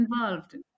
involved